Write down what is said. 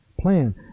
plan